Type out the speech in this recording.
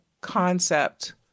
concept